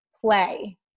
play